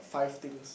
five things